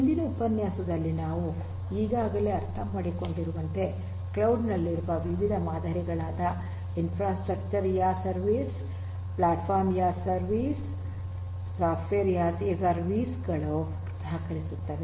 ಹಿಂದಿನ ಉಪನ್ಯಾಸದಲ್ಲಿ ನಾವು ಈಗಾಗಲೇ ಅರ್ಥ ಮಾಡಿಕೊಂಡಿರುವಂತೆ ಕ್ಲೌಡ್ ನಲ್ಲಿರುವ ವಿವಿಧ ಮಾದರಿಗಳಾದ infrastructure as a service platform as a service ಮತ್ತು ಸಾಫ್ಟ್ವೇರ್ ಯಾಸ್ ಎ ಸರ್ವಿಸ್ ಗಳು ಸಹಕರಿಸುತ್ತದೆ